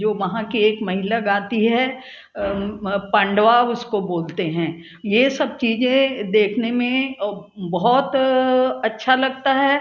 जो वहाँ के एक महिला गाती है पांडवा उसको बोलते हैं ये सब चीज़े देखने में और बहुत अच्छा लगता है